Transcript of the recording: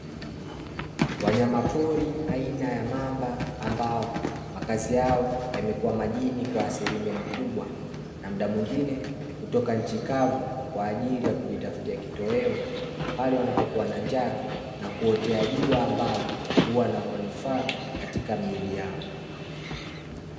Wanyama pori aina ya mamba ambao makazi yao yamekuwa majini kwa asilimia kubwa na muda mwingine kutoka nchi kavu kwa ajili ya kujitafutia kitoweo pale wanapokuwa na njaa na kuotea jua ambalo huwa na manufaa katika miili yao .